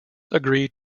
agreed